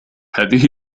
هذه